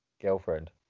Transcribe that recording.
girlfriend